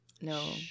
No